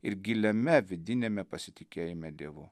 ir giliame vidiniame pasitikėjime dievu